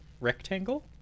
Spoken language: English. rectangle